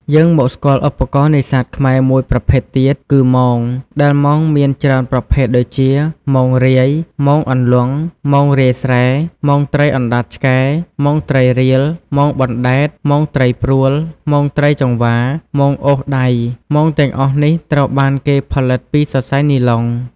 យើងមកស្គាល់ឧបករណ៍នេសាទខ្មែរមួយប្រភេទទៀតគឺ មង ដែលមងមានច្រើនប្រភេទដូចជា មងរាយ មងអន្លង់ មងរាយស្រែ មងត្រីអណ្តាតឆ្កែ មងត្រីរៀល មងបណ្តែត មងត្រីព្រួល មងត្រីចង្វា មងអូសដៃ។ល។ មងទាំងអស់នេះត្រូវបានគេផលិតពីសរសៃនីឡុង។